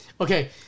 Okay